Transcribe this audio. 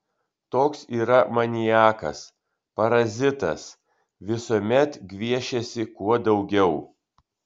toks yra maniakas parazitas visuomet gviešiasi kuo daugiau